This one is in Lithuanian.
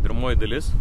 pirmoji dalis